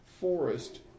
forest